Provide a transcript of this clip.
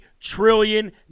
trillion